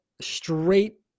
straight